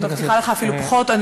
אני מבטיחה לך אפילו פחות.